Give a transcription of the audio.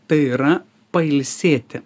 tai yra pailsėti